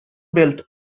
belt